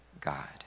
God